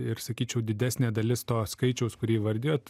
ir sakyčiau didesnė dalis to skaičiaus kurį įvardijot